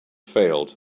failed